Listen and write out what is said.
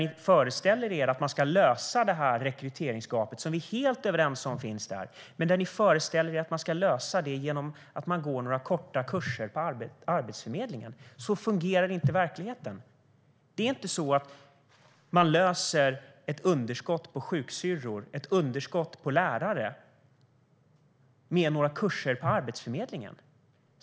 Ni föreställer er att problemet med rekryteringsgapet ska lösas, som vi är helt överens om finns, genom att de arbetslösa går några korta kurser på Arbetsförmedlingen. Så fungerar inte verkligheten. Ett underskott på sjuksyrror eller lärare löses inte med några kurser på Arbetsförmedlingen.